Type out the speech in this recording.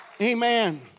amen